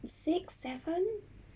six seven